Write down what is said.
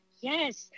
Yes